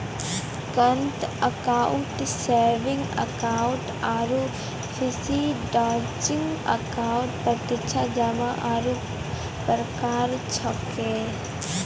current account saving account आरु fix deposit account प्रत्यक्ष जमा रो प्रकार छिकै